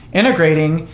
integrating